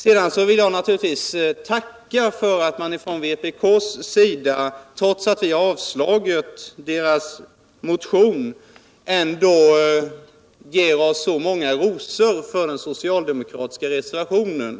Sedan vill jag naturligtvis tacka för att vpk, trots att vi har avstyrkt deras motion, ändå ger oss så många rosor för den socialdemokratiska reservationen.